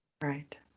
Right